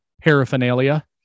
paraphernalia